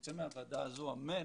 אם יצא מהוועדה הזאת אמן,